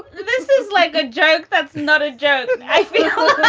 this is like a joke. that's not a joke. i feel